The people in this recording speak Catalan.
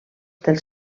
dels